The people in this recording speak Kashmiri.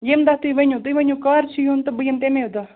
ییٚمہِ دۄہ تُہۍ ؤنِو تُہۍ ؤنِو کر چھُ یُن تہٕ بہٕ یِم تَمے دۄہ